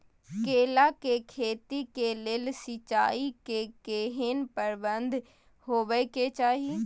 केला के खेती के लेल सिंचाई के केहेन प्रबंध होबय के चाही?